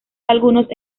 algunos